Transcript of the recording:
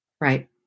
Right